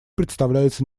представляется